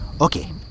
Okay